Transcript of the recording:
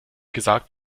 gesagt